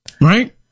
Right